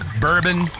bourbon